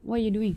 what you doing